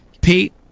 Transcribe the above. Pete